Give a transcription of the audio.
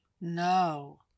No